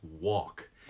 walk